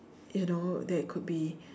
you know there could be